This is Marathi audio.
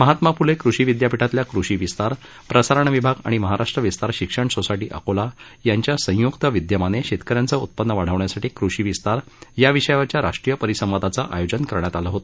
महात्मा फुले कृषी विद्यापीठातील कृषी विस्तार प्रसारण विभाग आणि महाराष्ट्र विस्तार शिक्षण सोसायटी अकोला यांचे संयुक्त विद्यमाने शेतकऱ्यांचे उत्पन्न वाढविण्यासाठी कृषी विस्तार या विषयावरील राष्ट्रीय परिसंवादाचं आयोजन करण्यात आलं आहे